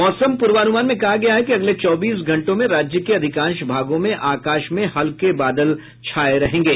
मौसम पूर्वानुमान में कहा गया है कि अगले चौबीस घंटों में राज्य के अधिकांश भागों में आकाश में हल्के बादल छाये रहेंगे